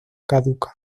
caduca